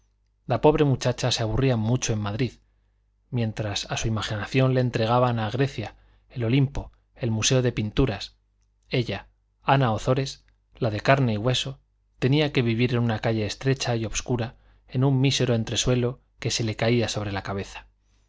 la pobre muchacha se aburría mucho en madrid mientras a su imaginación le entregaban a grecia el olimpo el museo de pinturas ella ana ozores la de carne y hueso tenía que vivir en una calle estrecha y obscura en un mísero entresuelo que se le caía sobre la cabeza